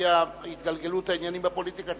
לפי התגלגלות העניינים בפוליטיקה,